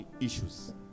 issues